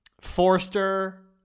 Forster